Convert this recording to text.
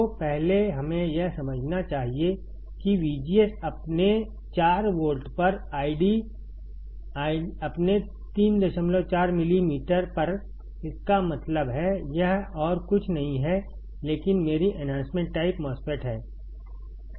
तो पहले हमें यह समझना चाहिए कि VGS अपने 4 वोल्ट पर आईडी अपने 35 मिलीमीटर पर इसका मतलब है यह और कुछ नहीं है लेकिन मेरी एन्हांसमेंट टाइप MOSFET है